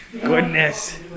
Goodness